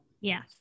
Yes